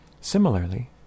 Similarly